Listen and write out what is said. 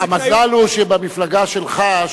המזל הוא שבמפלגה שלך,